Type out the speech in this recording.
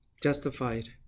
Justified